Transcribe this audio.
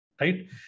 right